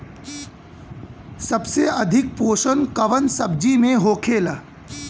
सबसे अधिक पोषण कवन सब्जी में होखेला?